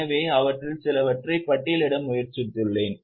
எனவே அவற்றில் சிலவற்றை பட்டியலிட முயற்சித்துள்ளேன்